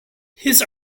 his